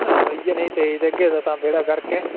अबो इ'यै नेही तेज देगे तां बेड़ा गर्क ऐ